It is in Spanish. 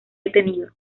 detenido